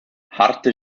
harte